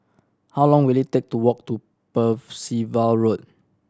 how long will it take to walk to Percival Road